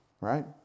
right